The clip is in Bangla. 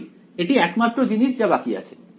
সঠিক এটি একমাত্র জিনিস যা বাকি আছে